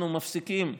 אנחנו מפסיקים את,